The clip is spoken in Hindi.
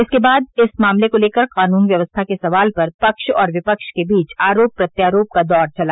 इसके बाद इस मामले को लेकर कानून व्यवस्था के सवाल पर पक्ष और विपक्ष के बीच आरोप प्रत्यारोप का दौर चला